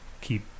keep